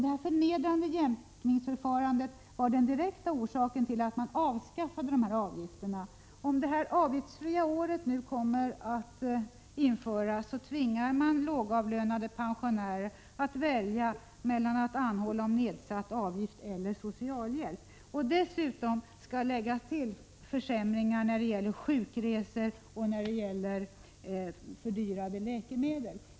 Detta förnedrande jämkningsförfarande var den direkta orsaken till att man avskaffade avgifterna. Om det avgiftsfria året kommer att införas, tvingar man lågavlönade pensionärer att antingen anhålla om nedsatt avgift eller ansöka om socialhjälp. Dessutom skall läggas till försämringar när det gäller sjukresor och fördyrade läkemedel.